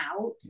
out